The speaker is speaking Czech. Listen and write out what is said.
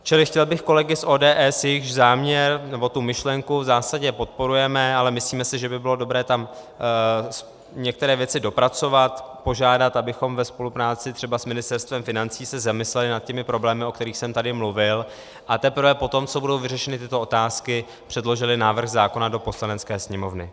Čili chtěl bych kolegy z ODS jejichž záměr nebo myšlenku v zásadě podporujeme, ale myslíme si, že by bylo dobré tam některé věci dopracovat požádat, abychom ve spolupráci třeba s Ministerstvem financí se zamysleli nad těmi problémy, o kterých jsem tady mluvil, a teprve poté, co budou vyřešeny tyto otázky, předložili návrh zákona do Poslanecké sněmovny.